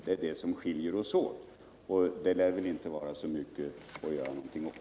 Det är detta som skiljer oss åt, och det lär väl inte vara så mycket att göra åt det.